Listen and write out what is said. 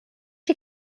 you